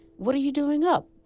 what are you doing up?